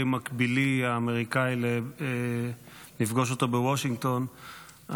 מקבילי האמריקאי לפגוש אותו בוושינגטון,